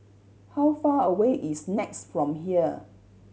how far away is NEX from here